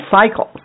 cycles